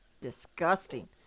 disgusting